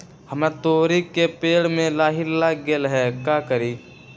हमरा तोरी के पेड़ में लाही लग गेल है का करी?